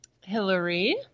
Hillary